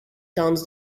towns